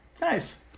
Nice